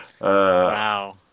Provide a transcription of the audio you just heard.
Wow